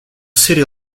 city